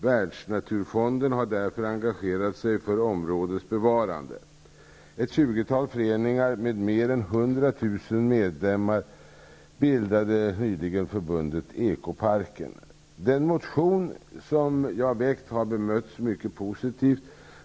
Världsnaturfonden har därför engagerat sig för områdets bevarande. Ett tjugotal föreningar med mer än 100 000 medlemmar bildade nyligen förbundet Ekoparken. Den motion som jag väckt har bemötts mycket positivt.